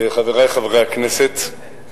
חברי חברי הכנסת,